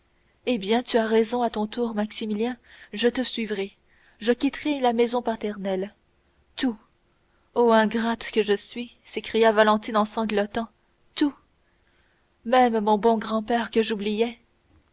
eh bien tu as raison à ton tour maximilien je te suivrai je quitterai la maison paternelle tout ô ingrate que je suis s'écria valentine en sanglotant tout même mon bon grand-père que j'oubliais